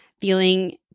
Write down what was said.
feeling